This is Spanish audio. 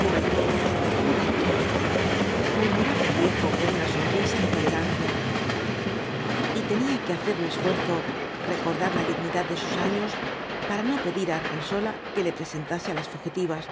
juventud juventud murmuraba el viejo con ana sonrisa de tolerancia y tenía que hacer un esfuerzo recordar la dignidad de sus años para no pedir á argensola que le presentase á las fugitivas